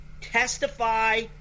testify